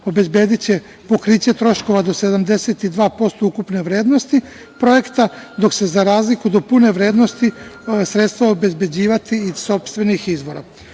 obezbediće pokriće troškova do 72% ukupne vrednosti projekta, dok se za razliku do pune vrednosti sredstva obezbeđivati iz sopstvenih izvora.U